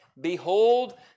Behold